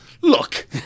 look